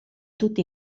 tutti